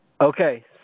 Okay